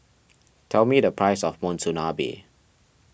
tell me the price of Monsunabe